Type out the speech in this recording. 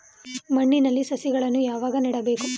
ಮಣ್ಣಿನಲ್ಲಿ ಸಸಿಗಳನ್ನು ಯಾವಾಗ ನೆಡಬೇಕು?